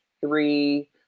three